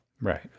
right